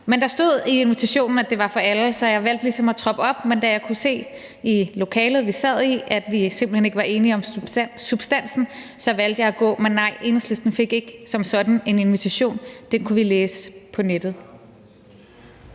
Men der stod i invitationen, at det var for alle, så jeg valgte ligesom at troppe op, men da jeg kunne se i lokalet, vi sad i, at vi simpelt hen ikke var enige om substansen, valgte jeg at gå. Men nej, Enhedslisten fik ikke som sådan en invitation. Den kunne vi læse på nettet.